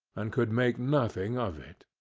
and could make nothing of it.